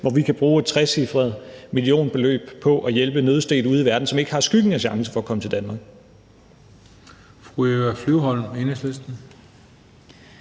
hvor vi kan bruge et trecifret millionbeløb på at hjælpe nødstedte ude i verden, som ikke har skyggen af chancen for at komme til Danmark.